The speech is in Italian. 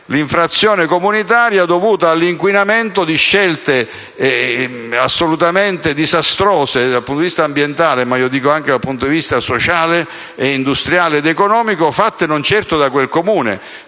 l'infrazione comunitaria dovuta all'inquinamento, per scelte assolutamente disastrose dal punto di vista ambientale - ma io dico, anche dal punto di vista sociale, industriale ed economico - fatte non certo da quel Comune.